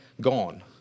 gone